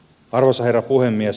arvoisa herra puhemies